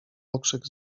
okrzyk